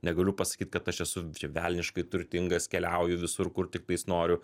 negaliu pasakyt kad aš esu čia velniškai turtingas keliauju visur kur tiktais noriu